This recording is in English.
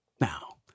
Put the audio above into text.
Now